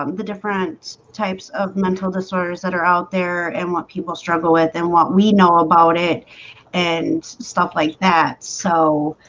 um the different types of mental disorders that are out there and what people struggle with and what we know about it and stuff like that, so